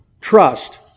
trust